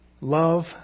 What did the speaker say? love